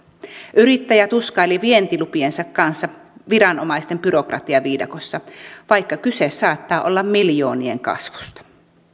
yrittäjä tuskaili vientilupiensa kanssa viranomaisten byrokratiaviidakossa vaikka kyse saattaa olla miljoonien kasvusta